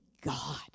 God